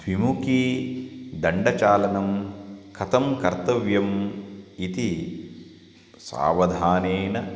द्विमुखी दण्डचालनं कथं कर्तव्यम् इति सावधानेन